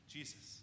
Jesus